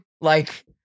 Like-